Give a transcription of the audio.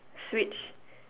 switch